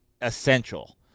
essential